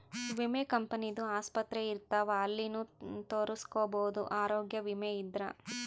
ವಿಮೆ ಕಂಪನಿ ದು ಆಸ್ಪತ್ರೆ ಇರ್ತಾವ ಅಲ್ಲಿನು ತೊರಸ್ಕೊಬೋದು ಆರೋಗ್ಯ ವಿಮೆ ಇದ್ರ